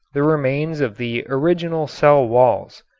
the remains of the original cell walls.